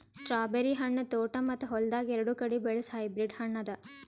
strawberry ಹಣ್ಣ ತೋಟ ಮತ್ತ ಹೊಲ್ದಾಗ್ ಎರಡು ಕಡಿ ಬೆಳಸ್ ಹೈಬ್ರಿಡ್ ಹಣ್ಣ ಅದಾ